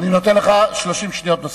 אני נותן לך 30 שניות נוספות.